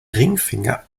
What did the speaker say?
ringfinger